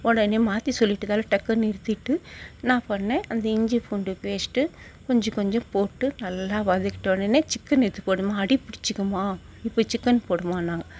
உடனே மாற்றி சொல்லிவிட்டதால டக்குனு நிறுத்திக்கிட்டு என்ன பண்ணேன் அந்த இஞ்சி பூண்டு பேஸ்ட்டு இஞ்சி கொஞ்சம் போட்டு நல்லா வதக்கிட்ட உடனே சிக்கனை எடுத்து போடும்மா அடிபிடிச்சிக்குமா இப்போது சிக்கன் போடும்மான்னாங்க